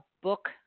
book